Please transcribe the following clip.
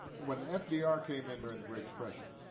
when fdr came in during the great depression,